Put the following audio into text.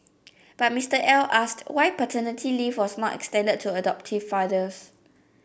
but Mister L asked why paternity leave was not extended to adoptive fathers